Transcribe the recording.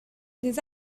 des